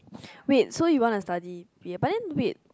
wait so you wanna study ya but then wait